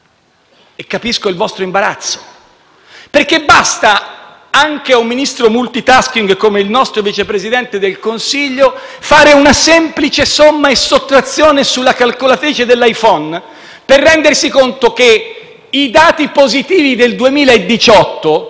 e capisco il vostro imbarazzo, perché basta, anche a un Ministro *multitasking* come il nostro Vice Presidente del Consiglio, fare una semplice somma e sottrazione sulla calcolatrice dell'iPhone per rendersi conto che i dati positivi del 2018